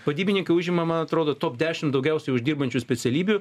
vadybininkai užima man atrodo top dešim daugiausia uždirbančių specialybių